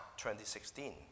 2016